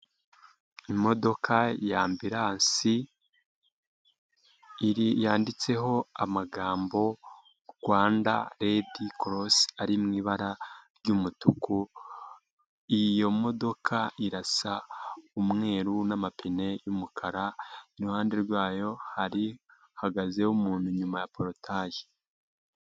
Imodoka ya Ambilansi, yanditseho amagambo Rwanda Red Cross ari mu ibara ry'umutuku, iyo modoka irasa umweru n'amapine y'umukara, iruhande rwayo hari, hahagazeyo umuntu inyuma ya porotaye.